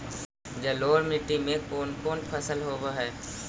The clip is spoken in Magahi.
जलोढ़ मट्टी में कोन कोन फसल होब है?